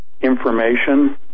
information